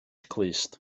clust